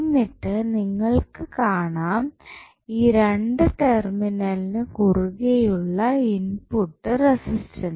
എന്നിട്ട് നിങ്ങൾക്ക് കാണാം ഈ രണ്ട് ടെർമിനലിന് കുറുകെയുള്ള ഇൻപുട്ട് റെസിസ്റ്റൻസ്